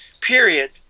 period